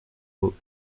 aux